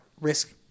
risk